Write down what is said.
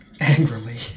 Angrily